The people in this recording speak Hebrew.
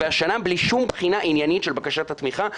והשנה בלי שום בחינה עניינית של בקשת התמיכה.